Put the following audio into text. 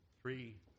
three